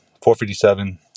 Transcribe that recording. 457